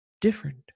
different